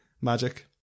magic